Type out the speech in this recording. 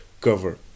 cover